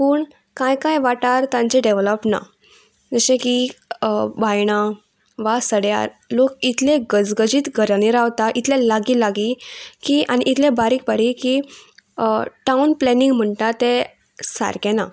पूण कांय कांय वाठार तांचे डेवलप्ड ना जशें की बायणां वा सड्यार लोक इतले गजगजीत घरांनी रावता इतले लागीं लागीं की आनी इतले बारीक बारीक की टावन प्लॅनिंग म्हणटा तें सारकें ना